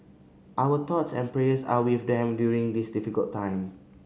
our thoughts and prayers are with them during this difficult time